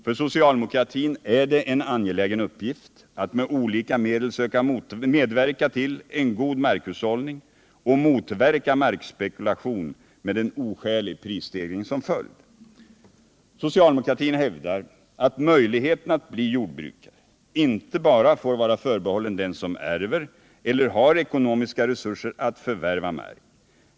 För socialdemokratin är det en angelägen uppgift att med olika medel söka medverka till en god markhushållning och motverka markspekulation med en oskälig prisstegring som följd. Socialdemokratin hävdar att möjligheten att bli jordbrukare inte bara får förbehållas den som ärver eller har ekonomiska resurser att förvärva mark.